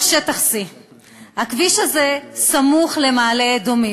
שטח C. הכביש הזה סמוך למעלה-אדומים,